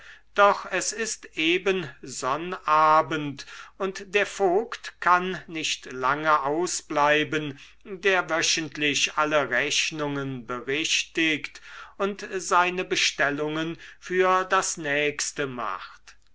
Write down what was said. doch es ist eben sonnabend und der vogt kann nicht lange ausbleiben der wöchentlich alle rechnungen berichtigt und seine bestellungen für das nächste macht